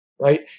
Right